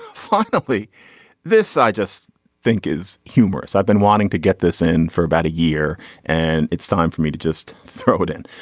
fortunately this i just think is humorous. i've been wanting to get this in for about a year and it's time for me to just throw it in.